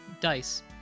Dice